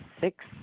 six